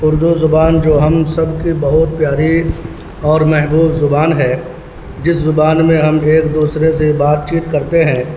اردو زبان جو ہم سب کی بہت پیاری اور محبوب زبان ہے جس زبان میں ہم ایک دوسرے سے بات چیت کرتے ہیں